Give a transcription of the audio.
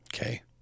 okay